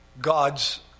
God's